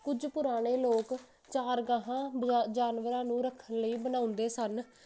ਕੁਝ ਪੁਰਾਣੇ ਲੋਕ ਚਾਰ ਗਾਹਾਂ ਜਾਨਵਰਾਂ ਨੂੰ ਰੱਖਣ ਲਈ ਬਣਾਉਂਦੇ ਸਨ